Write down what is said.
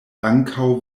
ankaŭ